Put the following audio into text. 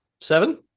Seven